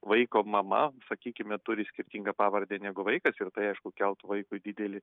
vaiko mama sakykime turi skirtingą pavardę negu vaikas ir tai aišku keltų vaikui didelį